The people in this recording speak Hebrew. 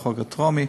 החוק הטרומי,